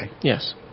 Yes